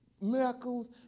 Miracles